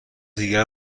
دیگر